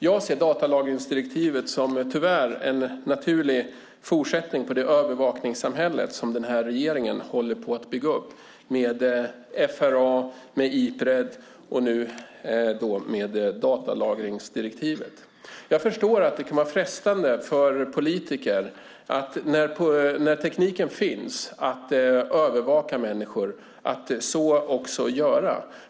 Jag ser tyvärr datalagringsdirektivet som en naturlig fortsättning på det övervakningssamhälle som regeringen håller på att bygga upp, med FRA, Ipred och nu datalagringsdirektivet. När tekniken finns att övervaka människor förstår jag att det kan vara frestande för politiker att också göra det.